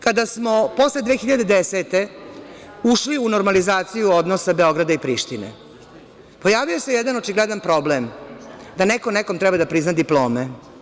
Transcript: Kada smo posle 2010. godine ušli u normalizaciju odnosa Beograda i Prištine, pojavio se jedan očigledan problem da neko nekom treba da prizna diplome.